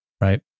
Right